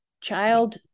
child